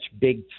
big